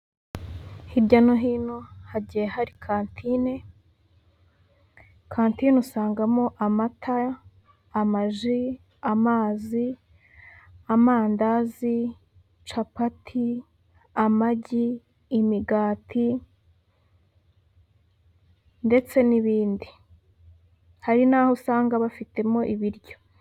Hirya no hino hagiye hari kantine, kantine usangamo amata, amaji, amazi, amandazi, capati, amagi, imigati ndetse n'ibindi, hari n'aho usanga bafitemo ibiryo.